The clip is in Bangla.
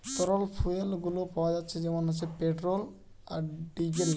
তরল ফুয়েল গুলো পাওয়া যাচ্ছে যেমন হচ্ছে পেট্রোল, ডিজেল